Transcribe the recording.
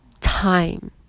time